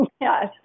yes